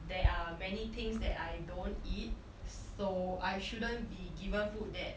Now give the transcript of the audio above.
there are many things that I don't eat so I shouldn't be given food that